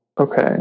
okay